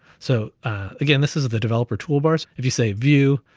so again, this is the developer toolbars if you say view,